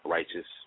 Righteous